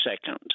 second